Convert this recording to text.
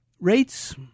rates